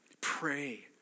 Pray